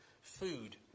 food